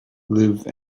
live